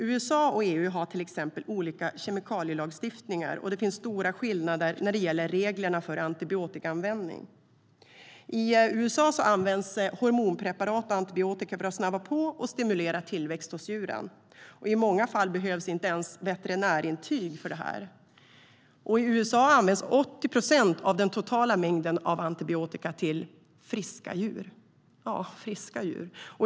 USA och EU har till exempel olika kemikalielagstiftningar, och det finns stora skillnader när det gäller reglerna för antibiotikaanvändning.I USA används hormonpreparat och antibiotika för att snabba på och stimulera tillväxt hos djuren. I många fall behövs inte ens veterinärintyg för det. I USA används 80 procent av den totala mängden antibiotika till friska djur, ja, friska djur.